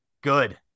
Good